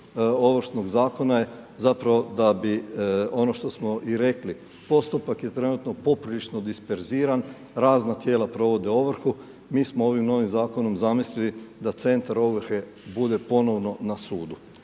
Ovršnog zakona je zapravo da bi ono što smo i rekli, postupak je trenutno poprilično disperziran, razna tijela provode ovrhu. Mi smo ovim novim zakonom zamislili da centar ovrhe bude ponovno na sudu.